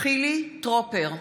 חילי טרופר,